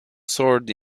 sword